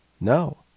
No